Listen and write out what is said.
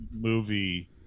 movie